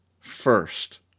first